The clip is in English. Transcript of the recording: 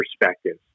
perspective